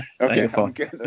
Okay